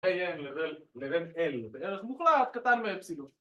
לבין L בערך מוחלט, קטן מאפסילון.